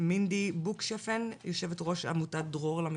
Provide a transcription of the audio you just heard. למינדי בוקשפן, יו"ר עמותת דרור למשפחה.